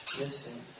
listen